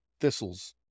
thistles